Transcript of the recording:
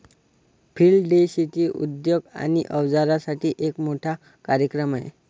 field day शेती उद्योग आणि अवजारांसाठी एक मोठा कार्यक्रम आहे